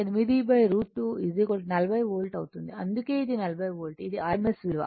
8 √ 2 40 volt అవుతుంది అందుకే ఇది 40 వోల్ట్ ఇది rms విలువ